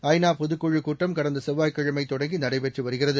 ஜ நா பொதக் குழுக் கூட்டம் கடந்தசெல்வாய்க்கிழமைதொடங்கிநடைபெற்றுவருகிறது